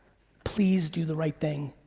please do the right thing.